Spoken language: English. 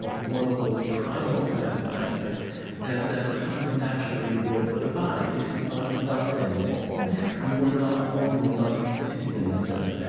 ah one of those primal kinds of things that that comes naturally with the body. you see, the body is not sinful right we were not born we're not conceived in sin.